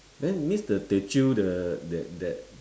then means the teochew the that that